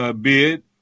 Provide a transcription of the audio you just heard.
bid